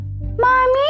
mommy